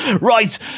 Right